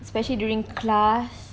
especially during class